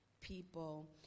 people